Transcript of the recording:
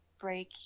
Break